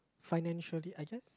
financially I guess